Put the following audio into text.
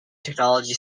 technology